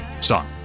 song